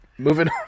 Moving